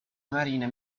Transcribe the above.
marina